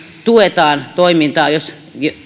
tuetaan toimintaa jos